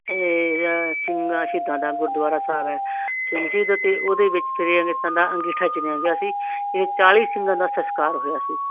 ਸਿੰਘਾਂ ਸ਼ਹੀਦਾਂ ਦਾ ਗੁਰਦੁਆਰਾ ਸਾਹਿਬ ਹੈ ਅਤੇ ਉਹਦੇ ਵਿੱਚ ਜਿਹੜੇ ਅੰਗੀਠਾ ਚੱਲਿਆ ਗਿਆ ਸੀ ਅਤੇ ਚਾਲ੍ਹੀ ਸਿੰਘਾਂ ਦਾ ਸਸਕਾਰ ਹੋਇਆ ਸੀ